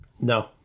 No